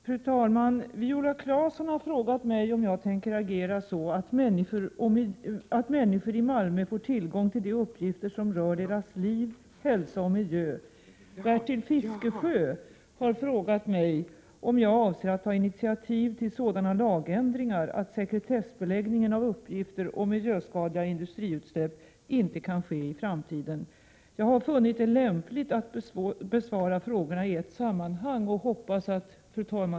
Fru talman! Viola Claesson har frågat mig om jag tänker agera så att människor i Malmö får tillgång till de uppgifter som rör deras liv, hälsa och miljö. Bertil Fiskesjö har frågat mig om jag avser att ta initiativ till sådana lagändringar att sekretessbeläggningen av uppgifter om miljöskadliga industriutsläpp inte kan ske i framtiden. Jag har funnit det lämpligt att besvara frågorna i ett sammanhang.